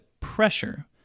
pressure